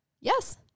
Yes